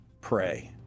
pray